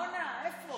המשכנתה, הארנונה, איפה?